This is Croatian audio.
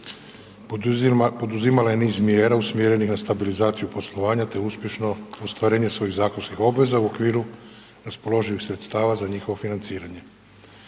poduzimala je niz mjera usmjerenih na stabilizaciju poslovanja te uspješno ostvarenje svojih zakonskih obveza u okviru raspoloživih sredstava za njihovo financiranje.